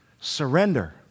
Surrender